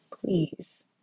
please